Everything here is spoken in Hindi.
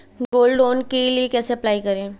गोल्ड लोंन के लिए कैसे अप्लाई करें?